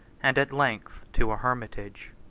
and at length to a hermitage.